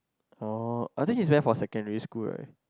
oh I think he went for secondary school right